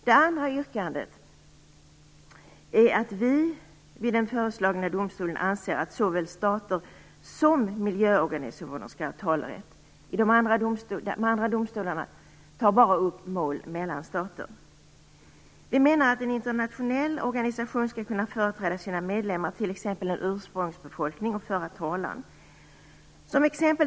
Det andra yrkandet innebär att Miljöpartiet anser att såväl stater som miljöorganisationer skall ha talerätt i den föreslagna domstolen. I de andra domstolarna tas bara mål mellan stater upp. Miljöpartiet menar att en internationell organisation skall kunna företräda och föra talan för sina medlemmar, t.ex. en ursprungsbefolkning.